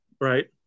right